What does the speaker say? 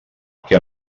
que